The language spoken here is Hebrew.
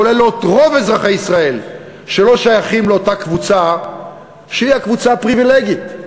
כולל רוב אזרחי ישראל שלא שייכים לאותה קבוצה שהיא הקבוצה הפריבילגית.